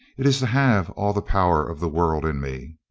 it is to have all the power of the world in me.